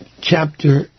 chapter